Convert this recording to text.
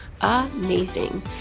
amazing